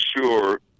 sure